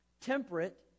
temperate